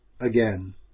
again